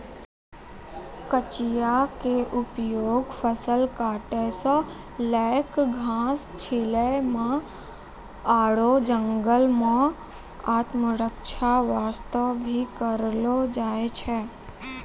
कचिया के उपयोग फसल काटै सॅ लैक घास छीलै म आरो जंगल मॅ आत्मरक्षा वास्तॅ भी करलो जाय छै